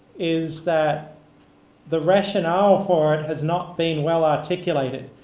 is that the rationale for it has not been well articulated.